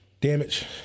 Damage